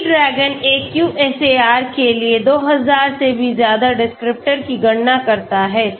E DRAGON एक QSAR के लिए 2000 डिस्क्रिप्टर की गणना करता है